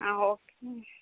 okay